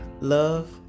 Love